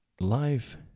life